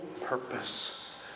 purpose